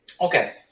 Okay